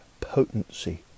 potency